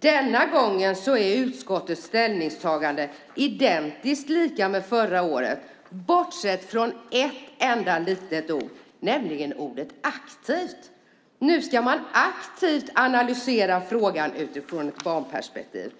är utskottets ställningstagande denna gång identiskt likt förra årets, bortsett från ett enda litet ord, nämligen ordet "aktivt". Nu ska man aktivt analysera frågan utifrån ett barnperspektiv.